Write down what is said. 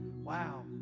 wow